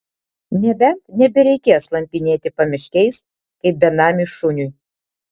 nebent nebereikės slampinėti pamiškiais kaip benamiui šuniui